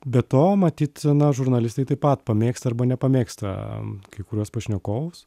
be to matyt na žurnalistai taip pat pamėgsta arba nepamėgsta kai kuriuos pašnekovus